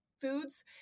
foods